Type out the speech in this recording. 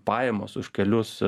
pajamos už kelius